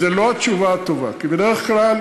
זו לא התשובה הטובה, כי בדרך כלל